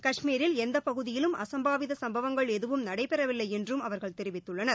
கஷ்மீரில் எந்த பகுதியிலும் அசம்பாவித சம்பவங்கள் எதுவும் நடைபெறவில்லை என்றும் அவர்கள் தெரிவித்துள்ளனர்